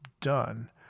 done